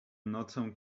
nocą